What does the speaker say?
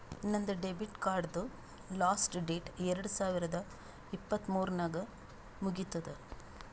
ನಂದ್ ಡೆಬಿಟ್ ಕಾರ್ಡ್ದು last date ಎರಡು ಸಾವಿರದ ಇಪ್ಪತ್ ಮೂರ್ ನಾಗ್ ಮುಗಿತ್ತುದ್